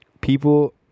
people